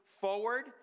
Forward